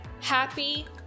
happy